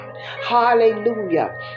Hallelujah